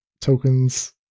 tokens